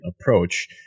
approach